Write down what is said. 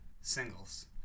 singles